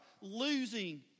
losing